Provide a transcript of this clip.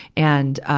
and, ah,